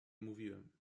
mówiłem